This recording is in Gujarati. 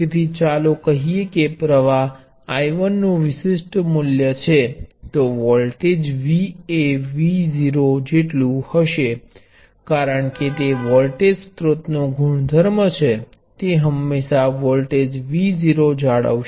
તેથી ચાલો કહીએ કે પ્ર્વાહ I1 નુ વિશિષ્ટ મૂલ્ય છે તો વોલ્ટેજVએ V0 જેટલું હશે કારણ કે તે વોલ્ટેજ સ્ત્રોત નો ગુણધર્મ છે તે હંમેશા વોલ્ટેજ V0 જાળવશે